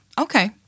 Okay